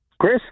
Chris